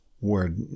word